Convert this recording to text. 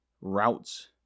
routes